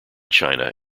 china